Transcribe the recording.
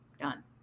done